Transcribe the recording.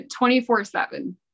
24-7